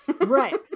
Right